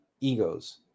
egos